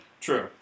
true